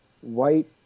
white